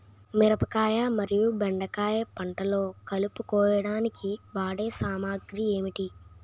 మిరపకాయ మరియు బెండకాయ పంటలో కలుపు కోయడానికి వాడే సామాగ్రి ఏమిటి?